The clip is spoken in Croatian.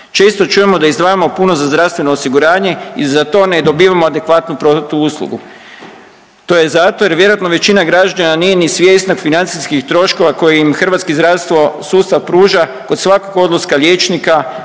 Često čujemo da izdvajamo puno za zdravstveno osiguranje i za to ne dobivamo adekvatnu protuuslugu. To je je zato jer vjerojatno većina građana nije ni svjesna financijskih troškova koje im hrvatski zdravstvo sustav pruža kod svakog odlaska liječnika,